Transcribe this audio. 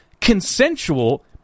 consensual